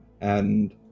and-